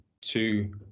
two